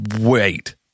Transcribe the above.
Wait